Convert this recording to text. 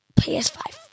PS5